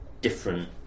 different